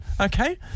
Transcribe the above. Okay